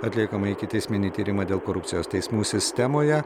atliekamą ikiteisminį tyrimą dėl korupcijos teismų sistemoje